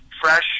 fresh